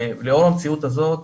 לאור המציאות הזאת,